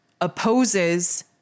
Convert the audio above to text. opposes